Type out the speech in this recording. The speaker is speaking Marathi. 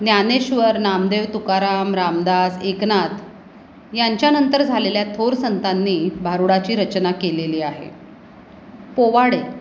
ज्ञानेश्वर नामदेव तुकाराम रामदास एकनाथ यांच्यानंतर झालेल्या थोर संतांनी भारूडाची रचना केलेली आहे पोवाडे